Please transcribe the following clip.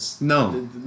No